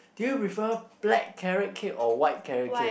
do you prefer black carrot cake or white carrot cake